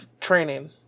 training